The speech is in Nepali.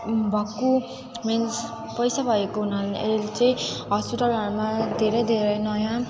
भक्कु मिन्स पैसा भएको हुनाले चाहिँ हस्पिटलहरूमा धेरै धेरै नयाँ